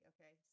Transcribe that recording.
Okay